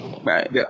Right